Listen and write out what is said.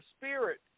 spirit